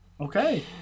okay